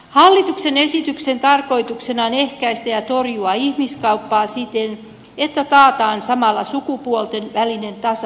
hallituksen esityksen tarkoituksena on ehkäistä ja torjua ihmiskauppaa siten että taataan samalla sukupuolten välinen tasa arvo